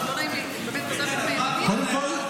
לא נעים לי --- קודם כול,